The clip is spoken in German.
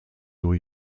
new